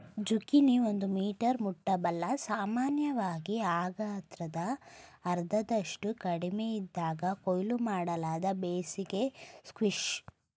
zucchini ಒಂದು metre ಮುಟ್ಟಬಲ್ಲ ಸಾಮಾನ್ಯವಾಗಿ ಆ ಗಾತ್ರದ ಅರ್ಧದಷ್ಟು ಕಡಿಮೆಯಿದ್ದಾಗ ಕೊಯ್ಲು ಮಾಡಲಾದ ಬೇಸಿಗೆ ಸ್ಕ್ವಾಷ್